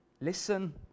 Listen